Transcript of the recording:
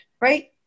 right